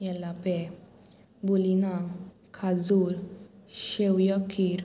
येल्लापे बुलिना खाजूर शेवया खीर